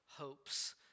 hopes